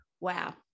wow